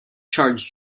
charge